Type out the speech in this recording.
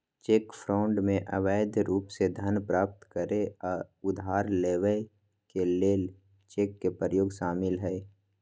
cheque fraud में अवैध रूप से धन प्राप्त करे आऽ उधार लेबऐ के लेल चेक के प्रयोग शामिल हइ